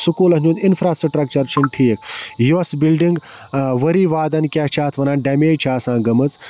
سُکوٗلَن ہُنٛد اِنفرٛاسِٹرَکچَر چھُنہٕ ٹھیٖک یۄس بِلڈِنٛگ ؤری وادَن کیٛاہ چھِ اَتھ وَنان ڈَمیج چھےٚ آسان گٔمٕژ